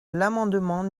l’amendement